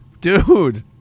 Dude